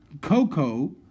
Coco